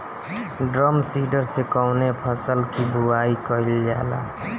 Drum seeder से कवने फसल कि बुआई कयील जाला?